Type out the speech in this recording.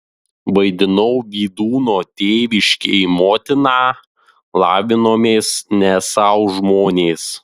vaidinau vydūno tėviškėj motiną lavinomės ne sau žmonės